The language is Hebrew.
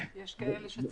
יש כאלה שצריכים.